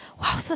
wow